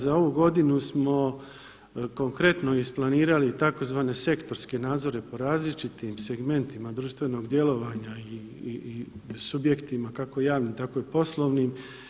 Za ovu godinu smo konkretno isplanirati tzv. sektorske nadzore po različitim segmentima društvenog djelovanja i subjektima kako javnim tako i poslovnim.